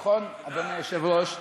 נכון, אדוני היושב-ראש?